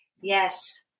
Yes